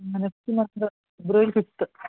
next month February fifth